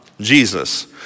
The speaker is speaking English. Jesus